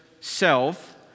self